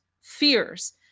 fears